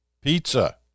Pizza